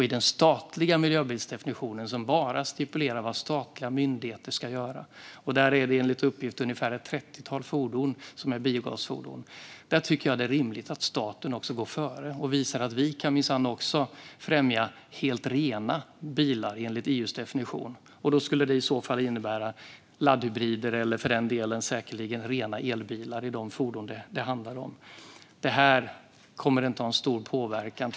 I den statliga miljöbilsdefinitionen som bara stipulerar vad statliga myndigheter ska göra finns, enligt uppgift, ett trettiotal fordon. Där är det rimligt att staten går före och visar att vi minsann också kan främja helt rena bilar enligt EU:s definition. Då skulle det i så fall innebära laddhybrider eller för den delen säkerligen rena elbilar i de fordon det handlar om. Det här kommer inte att ha en stor påverkan.